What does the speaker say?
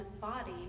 body